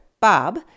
Bob